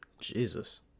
Jesus